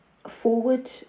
forward